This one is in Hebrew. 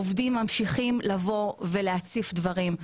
עובדים ממשיכים לבוא ולהציף דברים.